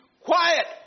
Quiet